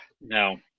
No